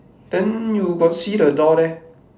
then you got see the door there